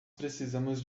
precisamos